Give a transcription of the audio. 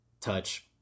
touch